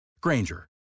Granger